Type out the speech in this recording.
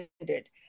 ended